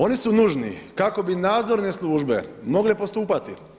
Oni su nužni kako bi nadzorne službe mogle postupati.